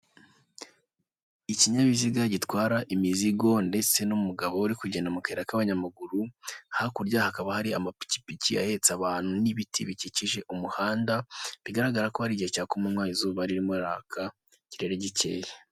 Ikinyabiziga gitwara imizigo ndetse n'umugabo uri kugenda mukayira k'abanyamaguru hakurya hakaba hari amapikipiki ahetse abantu n'ibiti bikikije umuhanda bigaragara ko ari igihe cya kumanywa izuba ririmo riraka ikirere gikeye .